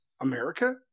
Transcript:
America